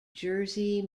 jersey